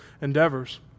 endeavors